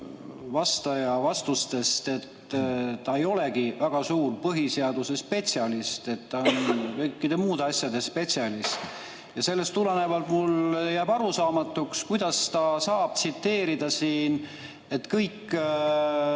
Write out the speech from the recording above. vastaja vastustest, et ta ei olegi väga suur põhiseaduse spetsialist. Ta on kõikide muude asjade spetsialist. Ja sellest tulenevalt jääb mulle arusaamatuks, kuidas ta saab tsiteerida siin, et kõik